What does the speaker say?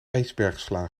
ijsbergsla